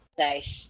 nice